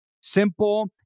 simple